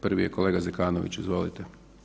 Prvi je kolega Zekanović, izvolite.